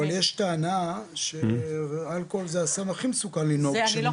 אבל יש טענה שאלכוהול זה הסם הכי מסוכן לנהיגה כשמשתמשים בו.